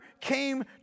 came